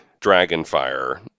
Dragonfire